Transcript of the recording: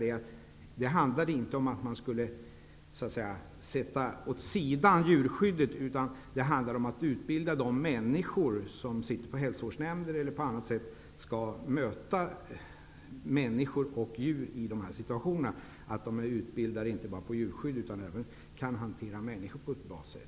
Det handlar inte om att åsidosätta djurskyddet, utan det handlar om att utbilda personal i hälsovårdsnämnder osv. i hur de skall bemöta människor och djur i dessa situationer. De skall alltså inte bara vara utbildade i djurskydd, utan även i att kunna hantera människor på ett bra sätt.